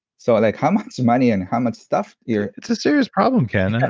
so like how much money and how much stuff you're it's a serious problem, ken.